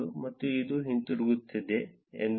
ಮತ್ತು ಅದು ಹಿಂತಿರುಗುತ್ತಿದೆ ಎಂದು ನೀವು ಸ್ಪಷ್ಟವಾಗಿ ನೋಡಬಹುದು